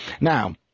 Now